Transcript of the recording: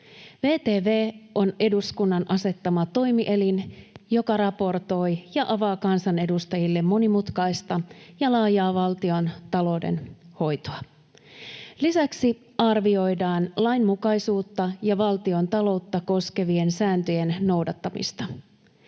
VTV on eduskunnan asettama toimielin, joka raportoi ja avaa kansanedustajille monimutkaista ja laajaa valtiontalouden hoitoa. Lisäksi arvioidaan lainmukaisuutta ja valtiontaloutta koskevien sääntöjen noudattamista.